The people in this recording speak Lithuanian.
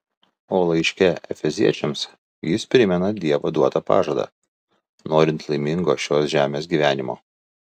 o laiške efeziečiams jis primena dievo duotą pažadą norint laimingo šios žemės gyvenimo